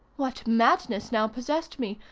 what madness now possessed me?